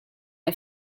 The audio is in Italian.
mia